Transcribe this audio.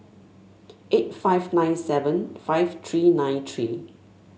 eight five nine seven five three nine three